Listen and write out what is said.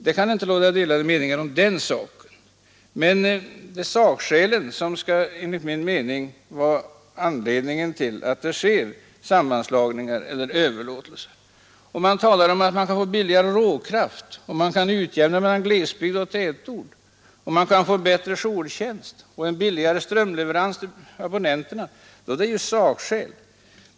Det kan inte råda delade meningar om den saken, men det skall finnas sakskäl för att göra sammanslagningar eller överlåtelser. Om man kan få billigare råkraft, om man kan få till stånd en utjämning mellan glesbygd och tätort, om man kan få bättre jourtjänst, om man kan få billigare strömleveranser till abonnenterna, då är det sakskäl.